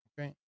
Okay